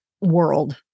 world